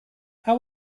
are